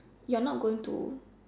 you are not going to